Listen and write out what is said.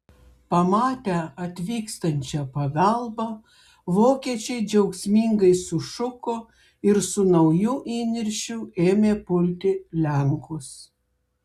pamatę atvykstančią pagalbą vokiečiai džiaugsmingai sušuko ir su nauju įniršiu ėmė pulti lenkus